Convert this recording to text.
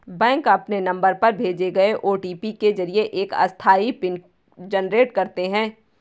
bank आपके नंबर पर भेजे गए ओ.टी.पी के जरिए एक अस्थायी पिन जनरेट करते हैं